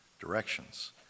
directions